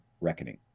reckoning